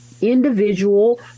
Individual